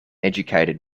educated